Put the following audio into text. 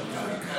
אפשר להצביע קודם.